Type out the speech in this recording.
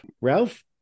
Ralph